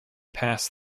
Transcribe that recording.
past